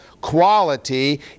quality